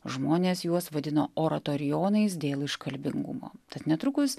žmonės juos vadino oratorijonais dėl iškalbingumo tad netrukus